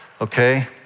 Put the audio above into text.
okay